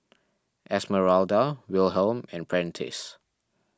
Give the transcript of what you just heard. Esmeralda Wilhelm and Prentice